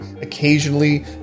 occasionally